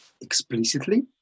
explicitly